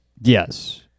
Yes